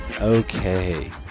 Okay